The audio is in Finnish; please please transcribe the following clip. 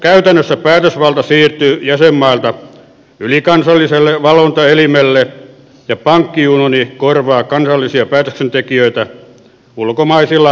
käytännössä päätösvalta siirtyy jäsenmailta ylikansalliselle valvontaelimelle ja pankkiunioni korvaa kansallisia päätöksentekijöitä ulkomaisilla päätöksentekijöillä